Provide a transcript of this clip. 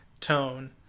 tone